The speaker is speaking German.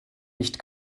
nicht